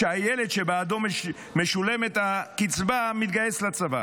כשהילד שבעדו משולמת הקצבה מתגייס לצבא